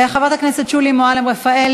חברת הכנסת שולי מועלם-רפאלי.